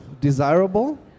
desirable